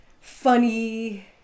funny